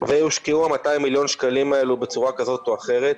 ויושקעו 200 מיליון השקלים האלו בצורה כזאת או אחרת,